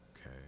okay